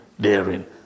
daring